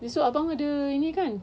esok abang ada ni kan